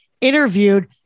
interviewed